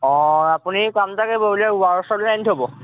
অঁ আপুনি কাম ওচৰলৈ আনি থ'ব